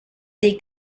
dei